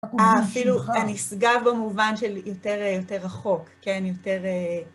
אפילו הנשגב במובן של יותר רחוק, כן, יותר...